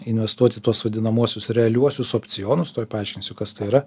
investuot į tuos vadinamuosius realiuosius opcionus tuoj paaiškinsiu kas tai yra